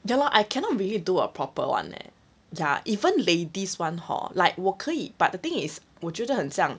ya lor I cannot really do a proper one leh ya even ladies one hor like 我可以 but the thing is 我觉得很像